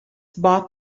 bought